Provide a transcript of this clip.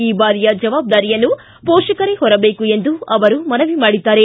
ಈ ಬಾರಿಯ ಜವಾಬ್ದಾರಿಯನ್ನು ಪೋಷಕರೇ ಹೊರಬೇಕು ಎಂದು ಅವರು ಮನವಿ ಮಾಡಿದ್ದಾರೆ